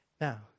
Now